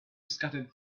scattered